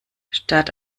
statt